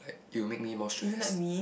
you make me more stress